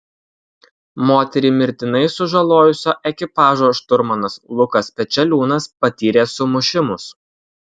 moterį mirtinai sužalojusio ekipažo šturmanas lukas pečeliūnas patyrė sumušimus